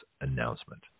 announcement